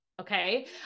Okay